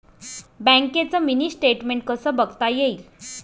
बँकेचं mini statement कसं बघता येईल?